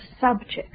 subject